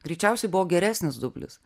greičiausiai buvo geresnis dublis